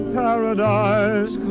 paradise